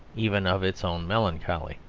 even of its own melancholy.